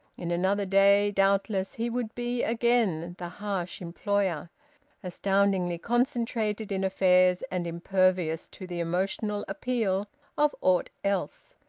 in another day, doubtless, he would be again the harsh employer astoundingly concentrated in affairs and impervious to the emotional appeal of aught else.